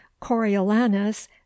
coriolanus